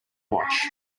watch